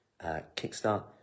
kickstart